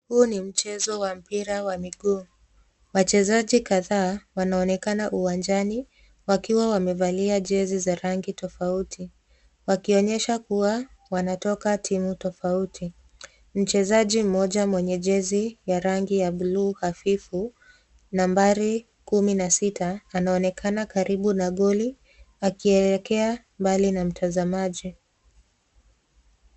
Huu ni mchezo wa mpira wa miguu, wachezaji kadhaa wana onekana uwanjani wakiwa wamevalia jezi za rangi tofauti wakionyesha kuwa wanatoka timu tofauti. Mchezaji mmoja mwenye jezi ya rangi bluu hafifu nambari kumi na sita ana onekana karibu na goli akielekea mbali na mtazamaji.